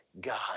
God